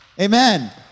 Amen